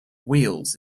wheels